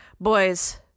boys